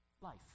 life